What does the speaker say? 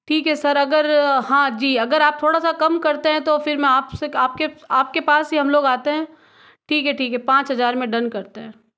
ठीक है सर अगर हाँ जी अगर आप थोड़ा सा कम करते हैं तो फिर मैं आपसे आपके आपके पास ही हम लोग आते हैं ठीक है ठीक है पाँच हज़ार में डन करते हैं